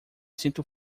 sinto